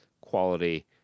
quality